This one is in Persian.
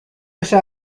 بشه